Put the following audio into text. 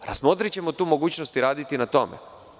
Razmotrićemo tu mogućnost i raditi na tome.